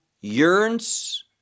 yearns